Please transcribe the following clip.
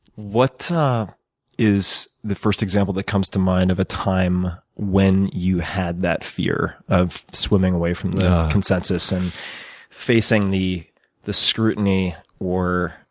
what is the first example that comes to mind of a time when you had that fear of swimming away from the consensus and facing the the scrutiny or